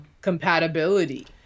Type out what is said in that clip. compatibility